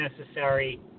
necessary